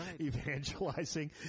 evangelizing